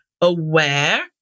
aware